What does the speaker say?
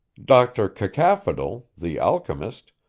doctor cacaphodel, the alchemist,